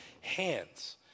hands